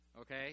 Okay